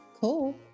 Cool